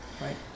right